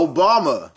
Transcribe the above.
Obama